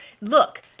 Look